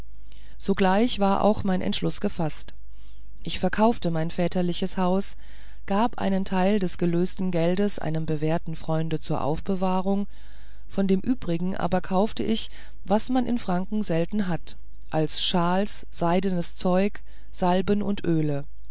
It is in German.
sogleich war auch mein entschluß gefaßt ich verkaufte mein väterliches haus gab einen teil des gelösten geldes einem bewährten freunde zum aufbewahren von dem übrigen aber kaufte ich was man in franken selten hat als shawls seidene zeuge salben und öle